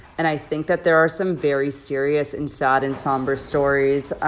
and i think that there are some very serious and sad and somber stories.